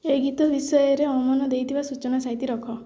ଏ ଗୀତ ବିଷୟରେ ଅମନ ଦେଇଥିବା ସୂଚନା ସାଇତି ରଖ